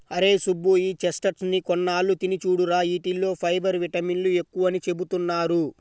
అరేయ్ సుబ్బు, ఈ చెస్ట్నట్స్ ని కొన్నాళ్ళు తిని చూడురా, యీటిల్లో ఫైబర్, విటమిన్లు ఎక్కువని చెబుతున్నారు